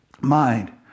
mind